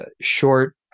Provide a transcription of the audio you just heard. short